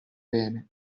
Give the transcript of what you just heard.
bene